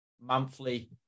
monthly